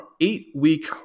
eight-week